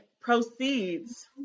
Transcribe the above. proceeds